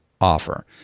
offer